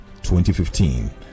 2015